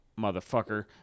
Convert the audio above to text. motherfucker